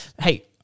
Hey